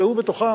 והוא בתוכם,